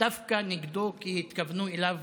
דווקא נגדו כי התכוונו אליו